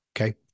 Okay